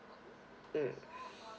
mm